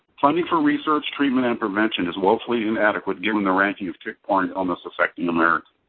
funding for research, treatment, and prevention is woefully inadequate given the ranking of tick-borne illness effect in america.